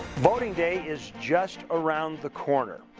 voting day is just around the corner.